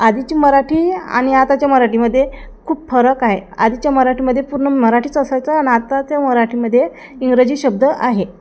आधीची मराठी आणि आताच्या मराठीमध्ये खूप फरक आहे आधीच्या मराठीमध्ये पूर्ण मराठीच असायचं आणि आताच्या मराठीमध्ये इंग्रजी शब्द आहे